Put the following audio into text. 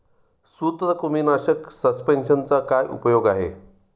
सूत्रकृमीनाशक सस्पेंशनचा काय उपयोग आहे?